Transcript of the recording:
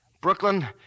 Brooklyn